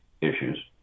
issues